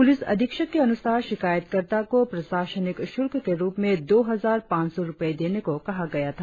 police अधीक्षक के अनुसार शिकायतकर्ता को प्रशासनिक शुल्क के रुप में दो हजार पाच सौ रुपए देने को कहा गया था